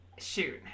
Shoot